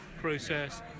process